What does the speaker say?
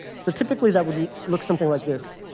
so typically, that would look something like this.